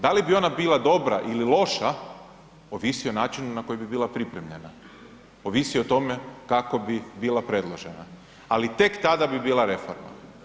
Da li bi ona bila dobra ili loša ovisi o načinu na koji bi bila pripremljena, ovisi o tome kako bi bila predložena ali tek tada bi bila reforma.